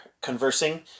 conversing